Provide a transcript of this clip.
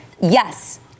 Yes